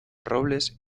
robles